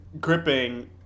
gripping